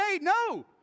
no